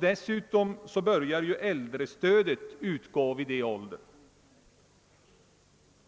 Dessutom börjar ju äldrestödet vid denna ålder.